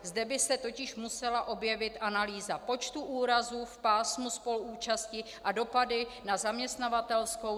zde by se totiž musela objevit analýza počtu úrazů v pásmu spoluúčasti a dopady na zaměstnavatelskou sféru.